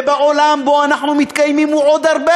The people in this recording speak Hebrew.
ובעולם שבו אנחנו מתקיימים זה עוד הרבה